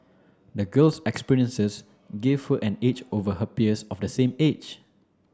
the girl's experiences give her an edge over her peers of the same age